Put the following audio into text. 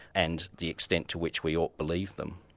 and the extent to which we ought believe them.